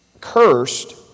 cursed